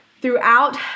throughout